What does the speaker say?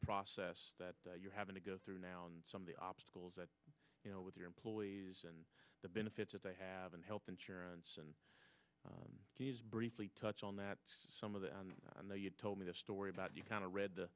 process that you're having to go through now and some of the obstacles that you know with your employees and the benefits that they have in health insurance and briefly touch on that some of the i know you told me the story about you kind of read the